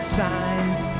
signs